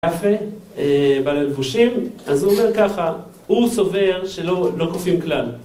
‫יפה, בעל ללבושים, אז הוא אומר ככה, ‫הוא סובר שלא כופים כלל.